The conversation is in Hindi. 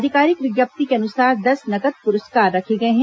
अधिकारिक विज्ञप्ति के अनुसार दस नकद पुरस्कार रखे गये हैं